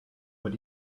what